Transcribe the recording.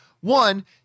One